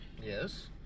Yes